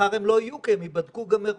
ומחר הם לא יהיו כי הם גם ייבדקו מראש